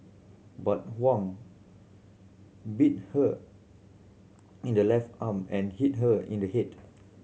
but Huang bit her in the left arm and hit her in the head